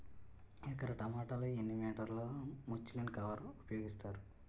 ఎకర టొమాటో లో ఎన్ని మీటర్ లో ముచ్లిన్ కవర్ ఉపయోగిస్తారు?